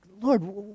Lord